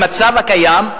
במצב הקיים,